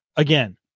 again